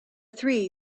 three